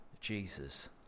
Jesus